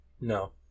No